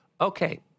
okay